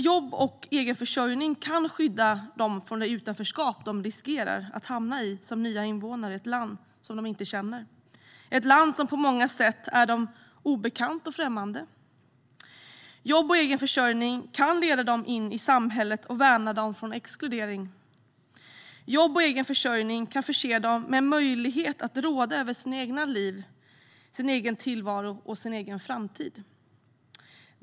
Jobb och egen försörjning kan skydda dem från det utanförskap de riskerar att hamna i som nya invånare i ett land som de inte känner, ett land som på många sätt är dem obekant och främmande. Jobb och egen försörjning kan leda dem in i samhället och värna dem från exkludering. Jobb och egen försörjning kan förse dem med en möjlighet att råda över sitt eget liv, sin egen tillvaro och sin egen framtid.